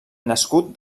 nascut